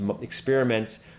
experiments